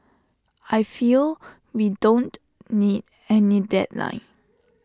I feel we don't need any deadline